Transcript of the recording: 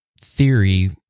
theory